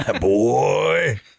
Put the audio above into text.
Boy